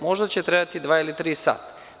Možda će trebati dva ili tri sata.